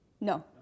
No